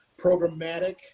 programmatic